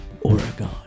Oregon